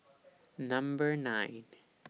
Number nine